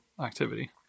activity